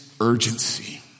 urgency